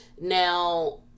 Now